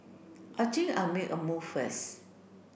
I think I'll make a move first